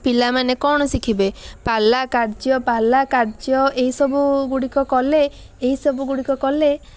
ପିଲାମାନେ କ'ଣ ଶିଖିବେ ପାଲା କାର୍ଯ୍ୟ ପାଲା କାର୍ଯ୍ୟ ଏହିସବୁଗୁଡ଼ିକ କଲେ ଏହିସବୁଗୁଡ଼ିକ କଲେ